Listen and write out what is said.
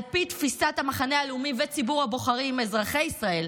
על פי תפיסת המחנה הלאומי וציבור הבוחרים אזרחי ישראל,